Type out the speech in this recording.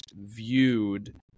viewed